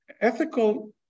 ethical